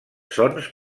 sons